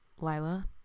Lila